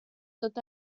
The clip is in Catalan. tot